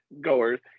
goers